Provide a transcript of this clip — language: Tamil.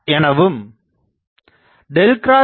எனவும் ᐁHJe